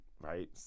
right